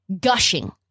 gushing